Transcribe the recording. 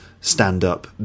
stand-up